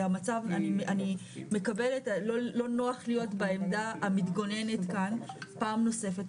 ואני מקבלת שלא נוח להיות בעמדה המתגוננת כאן פעם שנוספת,